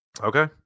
Okay